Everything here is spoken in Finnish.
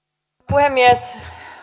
puhemies